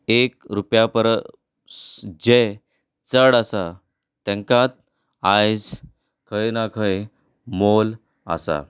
एक रुपया परस जे चड आसा तांकां आयज खंय ना खंय मोल आसा